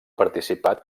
participat